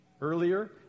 earlier